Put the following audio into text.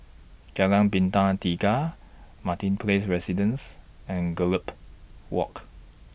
Jalan Bintang Tiga Martin Place Residences and Gallop Walk